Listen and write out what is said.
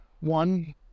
one